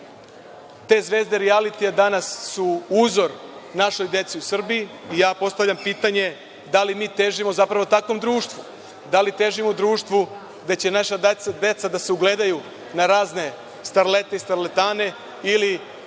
Te zvezde rijalitija danas su uzor našoj deci u Srbiji i ja postavljam pitanje – da li mi težimo zapravo takvom društvu, da li težimo društvu gde će naša deca da se ugledaju na razne starlete i starletane ili